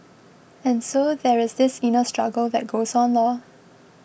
and so there is this inner struggle that goes on Lor